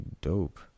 dope